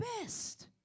best